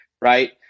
Right